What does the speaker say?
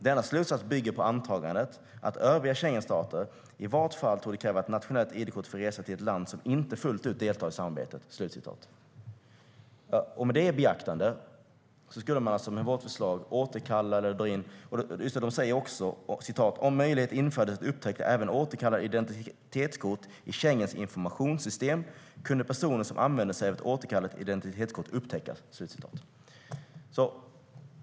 Denna slutsats bygger på antagandet att övriga Schengenstater i vart fall torde kräva ett nationellt identitetskort för resa till ett land som inte fullt ut deltar i samarbetet." De skriver också: "Om möjlighet infördes att upptäcka även återkallade identitetskort i Schengens informationssystem, kunde personer som använde sig av ett återkallat identitetskort upptäckas."